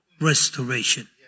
restoration